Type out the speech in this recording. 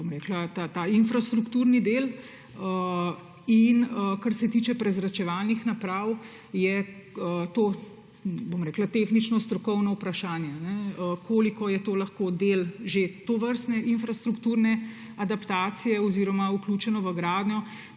ta infrastrukturni del. Kar se tiče prezračevalnih naprav, je to, bom rekla, tehnično strokovno vprašanje, koliko je to že lahko del tovrstne infrastrukturne adaptacije oziroma vključeno v gradnjo,